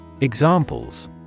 Examples